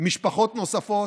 משפחות נוספות.